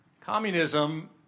Communism